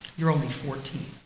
you're only fourteen.